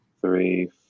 three